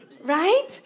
right